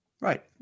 Right